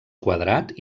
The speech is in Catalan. quadrat